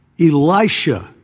Elisha